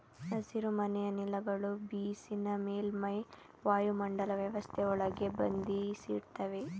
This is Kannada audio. ಹಸಿರುಮನೆ ಅನಿಲಗಳು ಬಿಸಿನ ಮೇಲ್ಮೈ ವಾಯುಮಂಡಲ ವ್ಯವಸ್ಥೆಯೊಳಗೆ ಬಂಧಿಸಿಡ್ತವೆ